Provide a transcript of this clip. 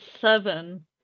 Seven